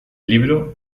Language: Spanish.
libro